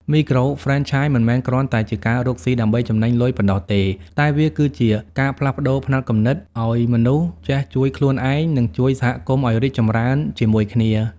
មីក្រូហ្វ្រេនឆាយមិនមែនគ្រាន់តែជាការរកស៊ីដើម្បីចំណេញលុយប៉ុណ្ណោះទេ តែវាគឺជា "ការផ្លាស់ប្តូរផ្នត់គំនិត" ឱ្យមនុស្សចេះជួយខ្លួនឯង និងជួយសហគមន៍ឱ្យរីកចម្រើនជាមួយគ្នា។